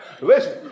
Listen